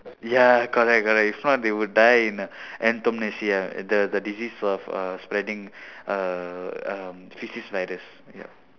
ya correct correct if not they would die in a the the disease of uh spreading uh um faeces virus yup